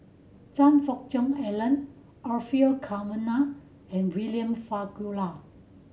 Choe Fook Cheong Alan Orfeur Cavenagh and William Farquhar